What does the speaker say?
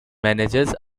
managers